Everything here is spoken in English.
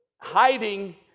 hiding